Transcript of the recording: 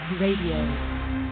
Radio